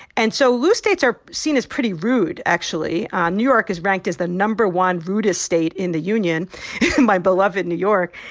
and so loose states are seen as pretty rude actually. ah new york is ranked as the no. one rudest state in the union my beloved new york.